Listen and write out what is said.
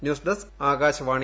news desk Akashvani